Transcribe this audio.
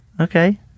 Okay